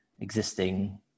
existing